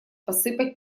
посыпать